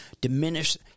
diminish